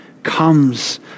comes